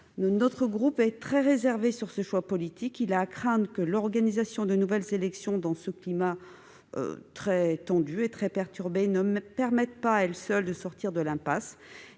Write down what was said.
Nous sommes très réservés sur ce choix politique : il est à craindre que l'organisation de nouvelles élections, dans ce climat très tendu et très perturbé, ne permette pas, à elle seule, de sortir de l'impasse.